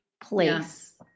place